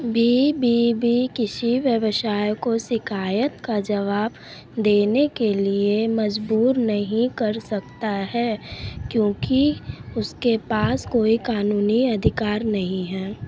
B B B किसी व्यवसाय को शिकायत का जवाब देने के लिए मजबूर नहीं कर सकता है क्योंकि उसके पास कोई क़ानूनी अधिकार नहीं है